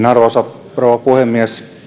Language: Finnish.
arvoisa rouva puhemies